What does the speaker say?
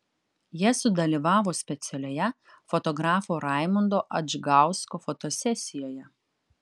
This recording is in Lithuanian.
jie sudalyvavo specialioje fotografo raimundo adžgausko fotosesijoje